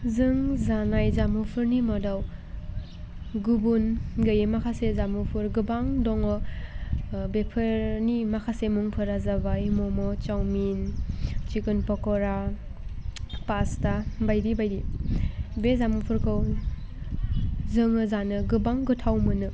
जों जानाय जामुंफोरनि मादाव गुबुन गैयै माखासे जामुंफोर गोबां दङ बेफोरनि माखासे मुंफोरा जाबाय momo chowmein chicken pakora pasta बायदि बायदि बे जामुंफोरखौ जोङो जानो गोबां गोथाव मोनो